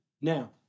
Now